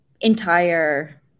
entire